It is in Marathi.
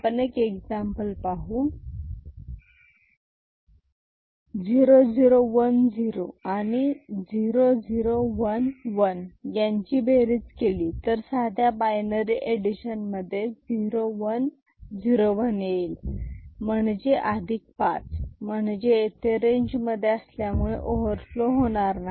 आपण एक्झाम्पल पाहू 0 0 1 0 आणि 0 0 1 1 यांची बेरीज केली तर साध्या बायनरी एडिशन मध्ये 0 1 0 1 येईल म्हणजे अधिक पाच म्हणजे येथे रेंजमध्ये असल्यामुळे ओवरफ्लो होत नाही